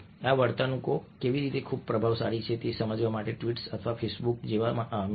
આ વર્તણૂકો કેવી રીતે ખૂબ પ્રભાવશાળી છે તે સમજવા માટે ટ્વીટ્સ અથવા ફેસબુક જેવા મીડિયા